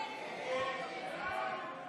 הסתייגות 13 לא נתקבלה.